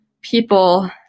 people